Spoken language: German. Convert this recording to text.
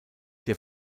der